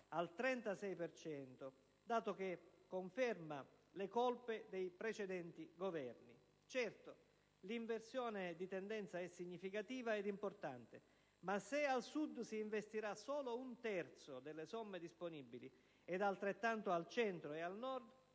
cento: dato che conferma le colpe dei precedenti Governi. Certo, l'inversione di tendenza è significativa e importante, ma se al Sud si investirà solo un terzo delle somme disponibili e altrettanto al Centro e al Nord,